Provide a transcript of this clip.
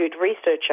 researcher